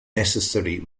necessary